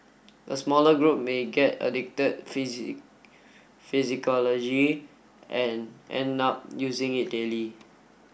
a smaller group may get addicted and end up using it daily